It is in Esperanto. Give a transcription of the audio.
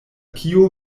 kio